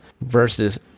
versus